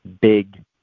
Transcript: big